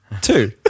Two